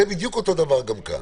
בדיוק אותו דבר גם כאן.